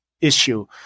issue